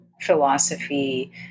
philosophy